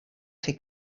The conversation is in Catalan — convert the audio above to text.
fer